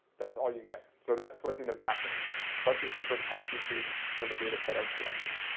that's all you get. so that's what's in the background here, bunch of different hiseq reads from a data set i collected.